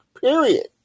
period